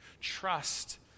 trust